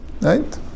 right